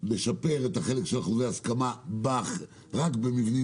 לשפר את החלק של אחוזי ההסכמה רק במבנים